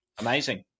amazing